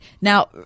Now